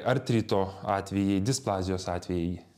artrito atvejai displazijos atvejai